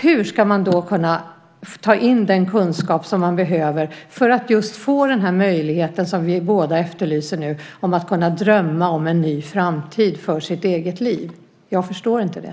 Hur ska de då kunna ta in den kunskap som de behöver just för att få möjlighet till det som vi båda nu efterlyser, att kunna drömma om en ny framtid? Jag förstår inte det.